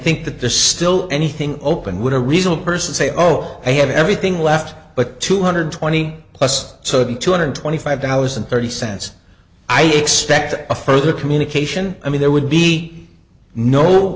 think that there's still anything open would a reasonable person say oh i'll have everything left but two hundred twenty plus sudden two hundred twenty five dollars and thirty cents i expect a further communication i mean there would be no